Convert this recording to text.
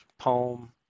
poem